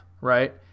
right